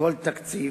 כל תקציב,